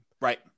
Right